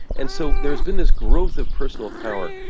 and so there has been this growth of personal power.